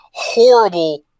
Horrible